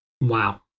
Wow